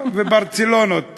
וברצלונות.